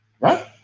right